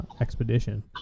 expedition